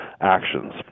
actions